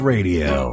Radio